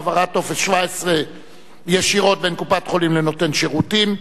העברת טופס 17 ישירות בין קופת-חולים לנותן השירותים),